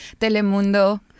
Telemundo